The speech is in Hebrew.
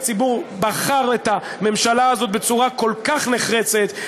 הציבור בחר את הממשלה הזאת בצורה כל כך נחרצת,